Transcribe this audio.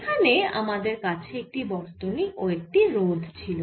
সেখানে আমাদের কাছে একটি বর্তনী ও একটি রোধ ছিল